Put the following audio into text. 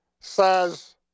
Says